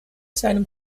seinem